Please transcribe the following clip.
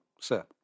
sir